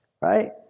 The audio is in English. right